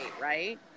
right